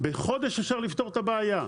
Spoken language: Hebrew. בחודש אפשר לפתור את הבעיה.